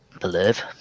Believe